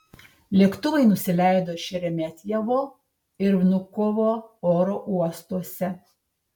lėktuvai nusileido šeremetjevo ir vnukovo oro uostuose